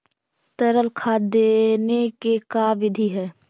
तरल खाद देने के का बिधि है?